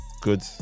Good